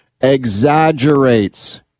exaggerates